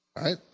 Right